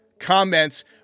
Comments